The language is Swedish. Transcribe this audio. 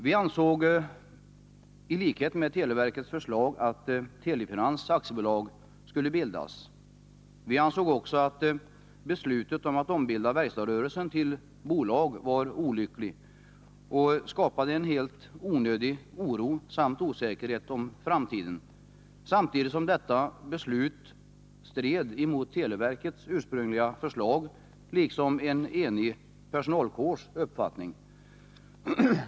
Vi ansåg, i likhet med televerket, att Telefinans AB skulle bildas. Vi ansåg också att beslutet att ombilda verkstadsrörelsen till bolag var olyckligt och skapade en helt onödig oro samt osäkerhet om framtiden. Detta beslut stred också mot televerkets ursprungliga förslag liksom mot en enig personalkårs uppfattning.